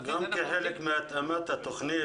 כחלק מהתאמת התוכנית,